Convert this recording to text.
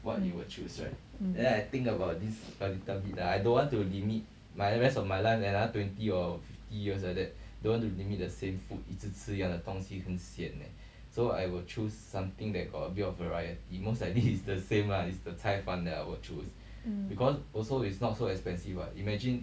mm mm mm